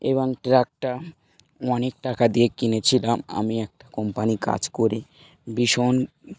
এবং ট্রাকটা অনেক টাকা দিয়ে কিনেছিলাম আমি একটা কোম্পানি কাজ করি ভীষণ